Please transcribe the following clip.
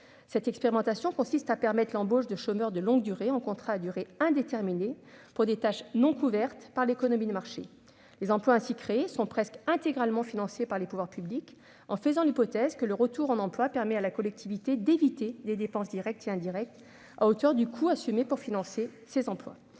Cette expérimentation consiste à permettre l'embauche de chômeurs de longue durée en contrats à durée indéterminée, pour des tâches non couvertes par l'économie de marché. Les emplois ainsi créés sont presque intégralement financés par les pouvoirs publics, en faisant l'hypothèse que le retour à l'emploi permet à la collectivité d'éviter des dépenses directes et indirectes à hauteur du coût assumé pour les financer. Cette